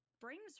brings